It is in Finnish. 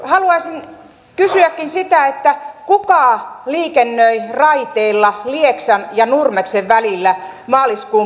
haluaisin kysyäkin sitä että kultaan liikennöi raiteilla lieksan ja nurmeksen välillä maaliskuun